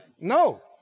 No